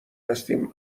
هستیم